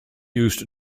used